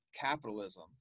capitalism